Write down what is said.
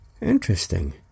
Interesting